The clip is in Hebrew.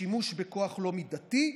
שימוש בכוח לא מידתי,